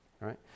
right